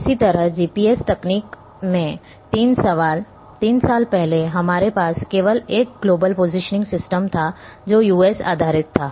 इसी तरह जीपीएस तकनीक में तीन साल पहले हमारे पास केवल एक ग्लोबल पोजिशनिंग सिस्टम था जो यूएस आधारित था